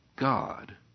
God